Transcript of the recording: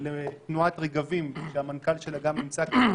ולתנועת רגבים, שהמנכ"ל שלה גם נמצא כאן.